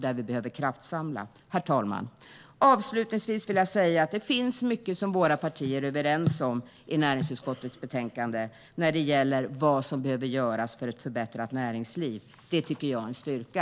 Där behöver vi kraftsamla. Herr talman! Avslutningsvis vill jag säga att det finns mycket som våra partier är överens om i näringsutskottets betänkande när det gäller vad som behöver göras för ett förbättrat näringsliv. Det tycker jag är en styrka.